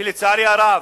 שלצערי הרב